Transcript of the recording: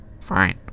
Fine